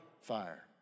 fire